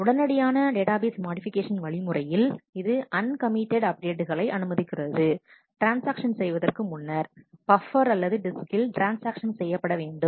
உடனடியான database modification வழி முறையில் இது அண்கமிட்டட் அப்டேட்டுகளை அனுமதிக்கிறது ட்ரான்ஸ்ஆக்ஷன் செய்வதற்கு முன்னர் பப்பர் அல்லது டிஸ்கில் ட்ரான்ஸ்ஆக்ஷன் செய்யப்பட வேண்டும்